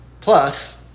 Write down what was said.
Plus